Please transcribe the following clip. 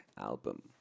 album